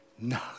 No